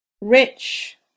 rich